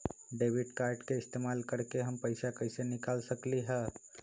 Debit card के इस्तेमाल करके हम पैईसा कईसे निकाल सकलि ह?